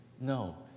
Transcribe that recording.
no